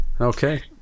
Okay